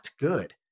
good